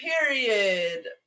period